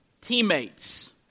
teammates